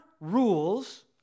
rules